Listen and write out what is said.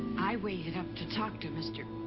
i waited up to talk to mr.